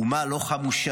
אומה לא חמושה,